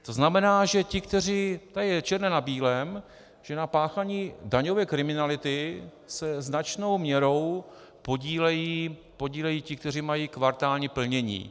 To znamená, že ti, kteří tady je černé na bílém, že na páchání daňové kriminality se značnou měrou podílejí ti, kteří mají kvartální plnění.